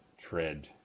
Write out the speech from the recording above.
Tread